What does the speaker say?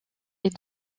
est